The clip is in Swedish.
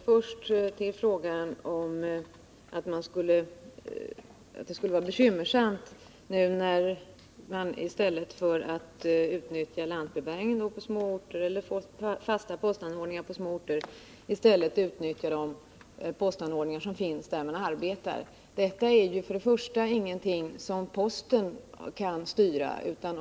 Herr talman! Vad gäller frågan om att det skulle vara bekymmersamt att man i stället för att utnyttja lantbrevbäringen eller fasta postanordningar på småorter väljer att använda de postanordningar som finns på det ställe där man arbetar vill jag först säga att detta inte är något som posten kan styra.